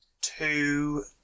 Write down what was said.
two